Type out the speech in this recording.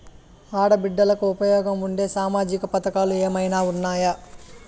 ఆడ బిడ్డలకు ఉపయోగం ఉండే సామాజిక పథకాలు ఏమైనా ఉన్నాయా?